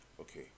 okay